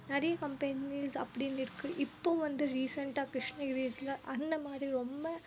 நிறைய கம்பெனீஸ் அப்படின்னு இருக்குது இப்போது வந்து ரீசெண்ட்டாக கிருஷ்ணகிரில அந்த மாதிரி ரொம்ப